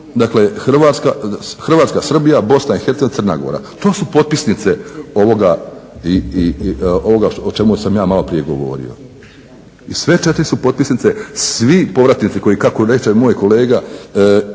Gorom, Hrvatskom i Bosnom i Hercegovinom. To su potpisnice ovoga o čemu sam ja maloprije govorio. I sve četiri su potpisnice svi povratnici koji kako reče moj kolega